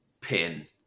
pin